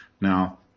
Now